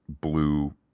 blue